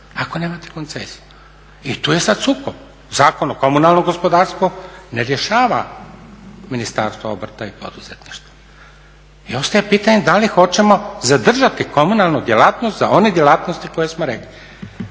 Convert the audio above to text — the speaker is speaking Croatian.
ako nemate koncesije. I tu je sada sukob. Zakon o komunalnom gospodarstvu ne rješava Ministarstvo obrta i poduzetništva. I ostaje pitanje da li hoćemo zadržati komunalnu djelatnost za one djelatnosti koje smo rekli.